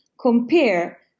compare